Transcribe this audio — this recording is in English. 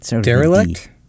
Derelict